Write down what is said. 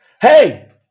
Hey